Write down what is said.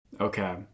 Okay